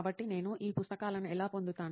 కాబట్టి నేను ఈ వస్తువులను ఎలా పొందుతాను